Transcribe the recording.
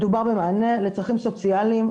מדובר במענה לצרכים סוציאליים,